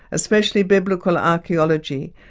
especially biblical archaeology,